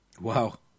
Wow